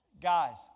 guys